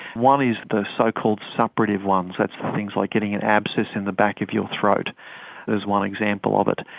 one is the so-called suppurative ones, that's things like getting an abscess in the back of your throat is one example of it,